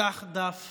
ותפתח דף